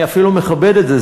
אני אפילו מכבד את זה,